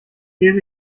lese